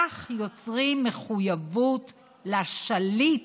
כך יוצרים מחויבויות לשליט